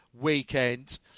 weekend